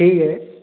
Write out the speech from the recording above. ठीक है